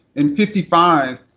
and fifty five,